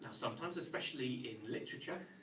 sometimes, especially in literature,